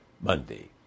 Monday